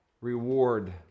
reward